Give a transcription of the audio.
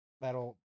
That'll